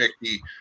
Mickey